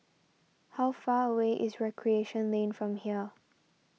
how far away is Recreation Lane from here